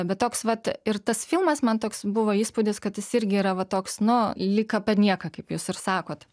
bet toks vat ir tas filmas man toks buvo įspūdis kad jis irgi yra va toks nu lyg apie nieką kaip jūs ir sakot